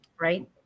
right